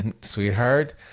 sweetheart